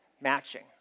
matching